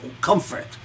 comfort